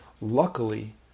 Luckily